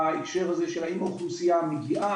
בהקשר הזה של האם האוכלוסיה מגיעה,